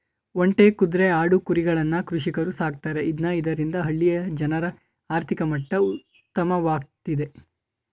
ಒಂಟೆ, ಕುದ್ರೆ, ಆಡು, ಕುರಿಗಳನ್ನ ಕೃಷಿಕರು ಸಾಕ್ತರೆ ಇದ್ನ ಇದರಿಂದ ಹಳ್ಳಿಯ ಜನರ ಆರ್ಥಿಕ ಮಟ್ಟ ಉತ್ತಮವಾಗ್ತಿದೆ